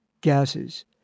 gases